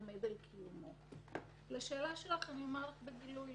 זאת אומרת,